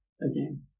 again